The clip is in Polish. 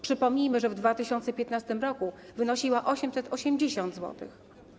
Przypomnijmy, że w 2015 r. wynosiła 880 zł.